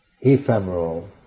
ephemeral